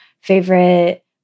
favorite